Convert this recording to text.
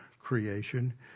creation